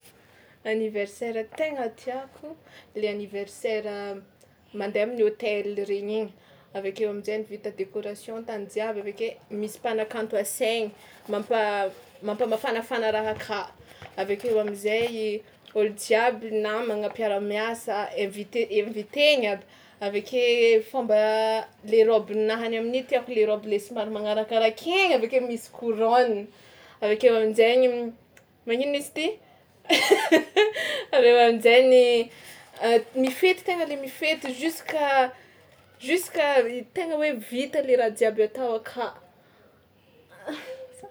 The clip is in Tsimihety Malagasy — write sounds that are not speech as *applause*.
Anniversaire tegna tiàko le anniversaire a mandeha amin'ny hôtel regny igny, avy akeo amin-jainy vita décoration tany jiaby avy ake misy mpanakanto asaigny mampa- mampamafanafana raha aka; *noise* avy akeo am'zay ôlo jiaby namagna, mpiara-miasa inviter inviter-gna aby; avy ake fômba le raobinahany amin'i tiàko le raoby le somary magnarakaraka e avy akeo misy couronne, avy akeo amin-jaigny magnino izy ty *laughs* avy eo an-jainy *hesitation* mifety tegna le mifety juska juska tegna hoe le raha jiaby atao aka. *noise*